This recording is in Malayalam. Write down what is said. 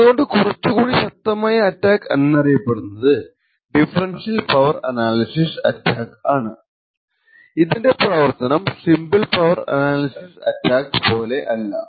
അതുകൊണ്ട് കുറച്ചുകൂടി ശക്തമായ അറ്റാക്ക് എന്നറിയപ്പെടുന്നത് ഡിഫറൻഷ്യൽ പവർ അനാലിസിസ് അറ്റാക്ക് ഇതിന്റെ പ്രവർത്തനം സിമ്പിൾ പവർ അനാലിസിസ് അറ്റാക്ക് പോലെ അല്ല